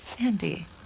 Andy